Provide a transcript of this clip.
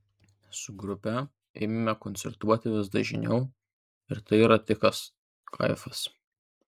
su grupe ėmėme koncertuoti vis dažniau ir tai yra tikras kaifas